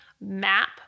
map